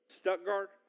Stuttgart